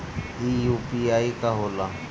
ई यू.पी.आई का होला?